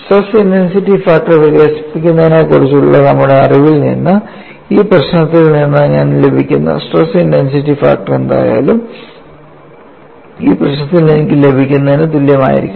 stress intensity factor വികസിപ്പിക്കുന്നതിനെക്കുറിച്ചുള്ള നമ്മുടെ അറിവിൽ നിന്ന് ഈ പ്രശ്നത്തിൽ നിന്ന് ഞാൻ ലഭിക്കുന്ന സ്ട്രെസ് ഇന്റൻസിറ്റി ഫാക്ടർ എന്തായാലും ഈ പ്രശ്നത്തിൽ എനിക്ക് ലഭിക്കുന്നതിന് തുല്യമായിരിക്കണം